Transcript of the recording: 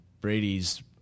Brady's